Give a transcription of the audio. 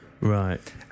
Right